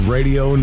Radio